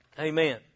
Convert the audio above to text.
Amen